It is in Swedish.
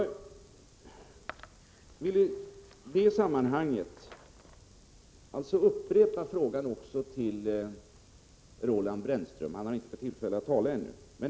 Låt mig därför upprepa min fråga också till Roland Brännström, som ännu inte har fått tillfälle att tala.